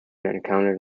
encountered